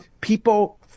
people